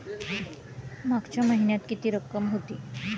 मागच्या महिन्यात किती रक्कम होती?